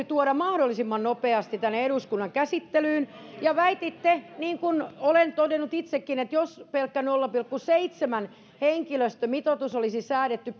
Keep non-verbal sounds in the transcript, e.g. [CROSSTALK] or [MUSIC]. [UNINTELLIGIBLE] tuoda mahdollisimman nopeasti tänne eduskunnan käsittelyyn ja väititte niin kuin olen todennut itsekin että jos pelkkä nolla pilkku seitsemän henkilöstömitoitus olisi säädetty [UNINTELLIGIBLE]